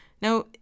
Now